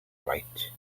write